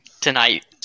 tonight